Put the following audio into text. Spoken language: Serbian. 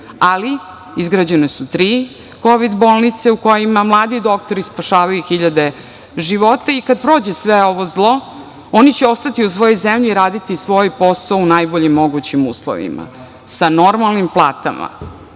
ali izgrađene su tri kovid bolnice u kojima mladi doktori spašavaju hiljade života i kada prođe svo ovo zlo, oni će ostati u svojoj zemlji i raditi svoj posao u najboljim mogućim uslovima, sa normalnim platama